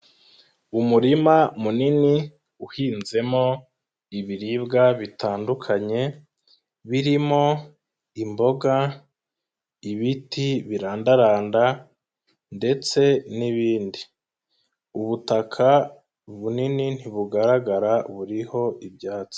Umurima munini uhinzemo ibiribwa bitandukanye, birimo imboga, ibiti birandaranda ndetse n'ibindi, ubutaka bunini ntibugaragara buriho ibyatsi.